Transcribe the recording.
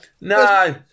no